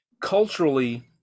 Culturally